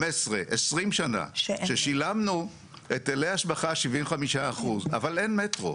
15, 20 שנה ששילמנו היטלי השבחה 75% אבל אין מטרו